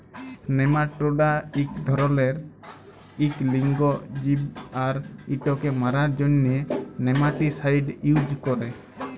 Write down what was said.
nematoda ইক ধরলের ইক লিঙ্গ জীব আর ইটকে মারার জ্যনহে নেমাটিসাইড ইউজ ক্যরে